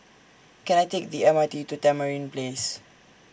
Can I Take The M R T to Tamarind Place